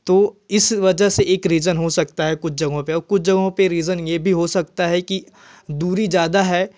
तो इस वजह से कुछ रीजन हो सकता है कुछ जगहों और कुछ जगहों पर रीजन यह भी हो सकता है की दूरी ज़्यादा है